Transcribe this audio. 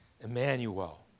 Emmanuel